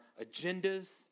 agendas